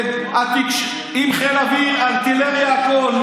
עם חיל אוויר, ארטילריה, הכול.